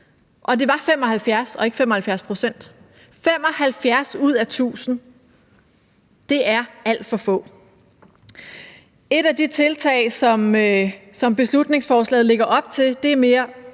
og det var 75 og ikke 75 pct. 75 ud af 1.000 er alt for få. Et af de tiltag, som beslutningsforslaget lægger op til, er mere